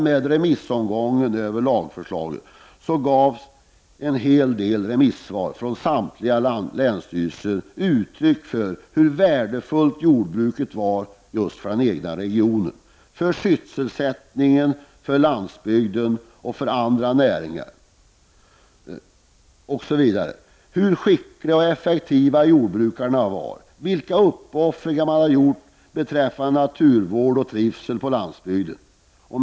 I remissvaren på lagförslagen gav samtliga länsstyrelser uttryck för hur värdefullt jordbruket var just för den egna regionen, för sysselsättningen, för landsbygden och för andra näringar samt hur skickliga och effektiva jordbrukarna var, vilka uppoffringar de hade gjort beträffande naturvård och trivsel på landsbygden.